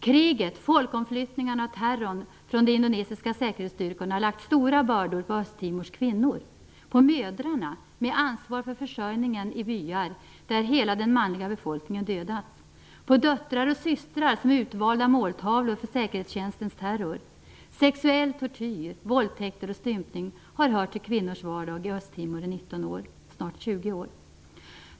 Kriget, folkomflyttningarna och terrorn från de indonesiska säkerhetsstyrkorna har lagt stora bördor på Östtimors kvinnor, på mödrar som har ansvar för försörjningen i byar där hela den manliga befolkningen har dödats, på döttrar och systrar som är utvalda måltavlor för säkerhetsstyrkornas terror. Sexuell tortyr, våldtäkter och stympning har hört till kvinnors vardag i Östtimor i 19, snart 20, år.